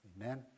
Amen